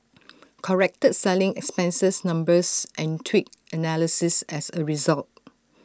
corrected selling expenses numbers and tweaked analyses as A result